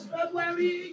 February